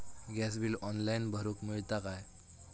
Gas bill online भरुक मिळता काय?